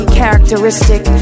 characteristic